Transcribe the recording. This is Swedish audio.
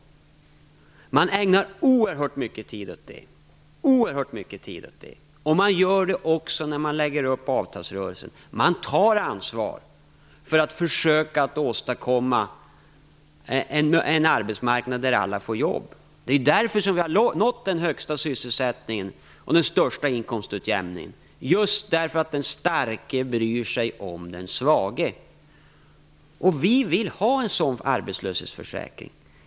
Man ägnar oerhört mycket tid åt det, och man gör det också när man lägger upp avtalsrörelsen. Man tar ansvar för att försöka att åstadkomma en arbetsmarknad där alla får jobb. Det är därför som vi har nått den högsta sysselsättningen och den största inkomstutjämningen. Det är just därför att den starke bryr sig om den svage. Vi vill ha en sådan arbetslöshetsförsäkring.